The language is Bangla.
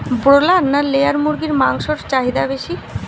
ব্রলার না লেয়ার মুরগির মাংসর চাহিদা বেশি?